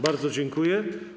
Bardzo dziękuję.